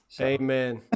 Amen